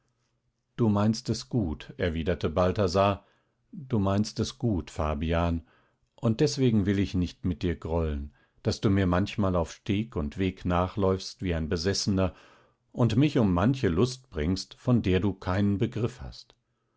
du meinst es gut erwiderte balthasar du meinst es gut fabian und deswegen will ich nicht mit dir grollen daß du mir manchmal auf steg und weg nachläufst wie ein besessener und mich um manche lust bringst von der du keinen begriff hast